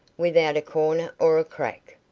without a corner or crack.